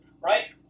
right